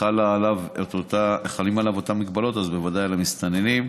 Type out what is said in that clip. חלות עליו אותן מגבלות, אז ודאי על המסתננים.